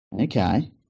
okay